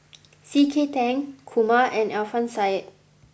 C K Tang Kumar and Alfian Sa'at